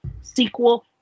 sequel